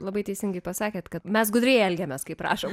labai teisingai pasakėte kad mes gudriai elgiamės kaip rašo